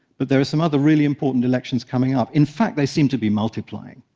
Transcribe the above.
but there are some other really important elections coming up. in fact, they seem to be multiplying.